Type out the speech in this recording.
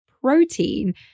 Protein